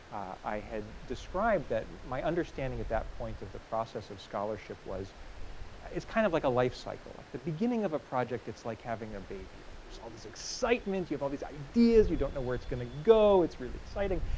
i had described that my understanding at that point of the process of scholarship was it's kind of like a life cycle. like the beginning of a project, it's like having a baby like there's all this excitement, you have all these ideas, you don't know where it's going. ah it's really exciting,